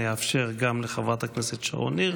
אני אאפשר גם לחברת הכנסת שרון ניר.